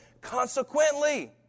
Consequently